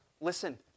listen